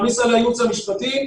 מעמיס על הייעוץ המשפטי,